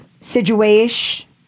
situation